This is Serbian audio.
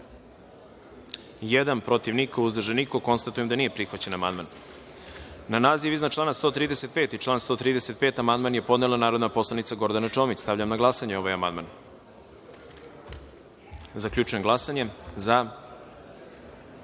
jedan, protiv – niko, uzdržanih – nema. Konstatujem da nije prihvaćen amandman. Na naziv iznad člana 22. i član 22. amandman je podnela narodni poslanik Gordana Čomić. Stavljam na glasanje ovaj amandman. Zaključujem glasanje i